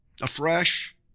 afresh